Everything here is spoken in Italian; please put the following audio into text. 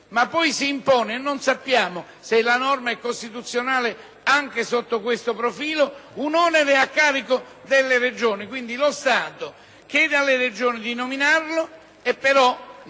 ma poi si impone - e non sappiamo se la norma è costituzionale anche sotto questo profilo - un onere a carico delle Regioni: lo Stato chiede alle Regioni di effettuare nomine